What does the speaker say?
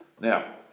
Now